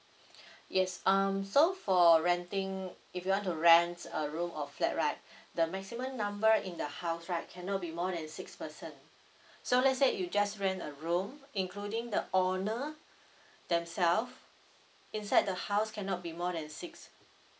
yes um so for renting if you want to rent a room or flat right the maximum number in the house right cannot be more than six person so let's say you just rent a room including the owner themself inside the house cannot be more than six